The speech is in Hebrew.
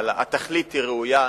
אבל התכלית היא ראויה.